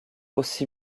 aussi